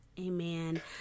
Amen